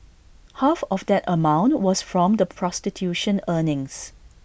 half of that amount was from the prostitution earnings